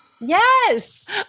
Yes